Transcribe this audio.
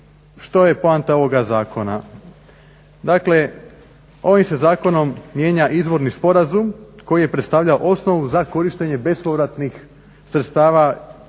Što je poanta ovoga zakona? Dakle, ovim se zakonom mijenja izvorni sporazum koji je predstavljao osnovu za korištenje bespovratnih sredstava u